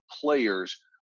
players